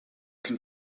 can